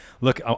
look